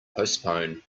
postpone